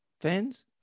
fans